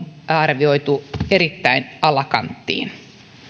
arvioitu erittäin alakanttiin